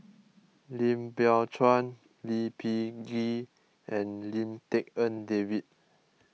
Lim Biow Chuan Lee Peh Gee and Lim Tik En David